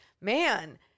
man